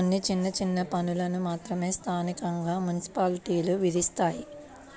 కొన్ని చిన్న చిన్న పన్నులను మాత్రమే స్థానికంగా మున్సిపాలిటీలు విధిస్తాయి